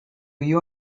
you